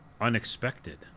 unexpected